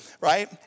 right